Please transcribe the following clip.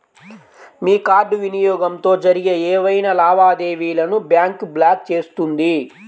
మీ card వినియోగంతో జరిగే ఏవైనా లావాదేవీలను బ్యాంక్ బ్లాక్ చేస్తుంది